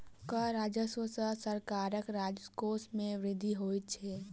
कर राजस्व सॅ सरकारक राजकोश मे वृद्धि होइत छै